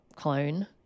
Clone